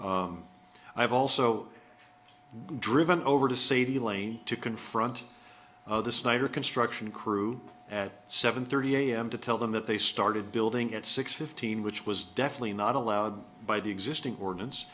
i've also driven over to see the lane to confront the snyder construction crew at seven thirty am to tell them that they started building at six fifteen which was definitely not allowed by the existing ordinance